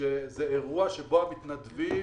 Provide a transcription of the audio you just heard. שזה אירוע שבו המתנדבים